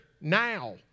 now